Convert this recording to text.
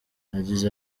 yagize